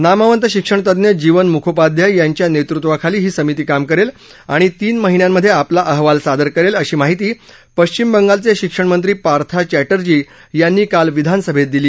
नामवंत शिक्षणतज्ञ जीवन मुखोपाध्याय यांच्या नेतृत्वाखाली ही समिती काम करेल आणि तीन महिन्यांमध्ये आपला अहवाल सादर करेल अशी माहिती पक्षिम बंगालचे शिक्षणमंत्री पार्था चर्ट्र्जी यांनी काल विधानसभेत दिली